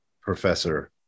professor